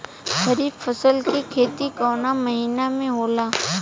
खरीफ फसल के खेती कवना महीना में होला?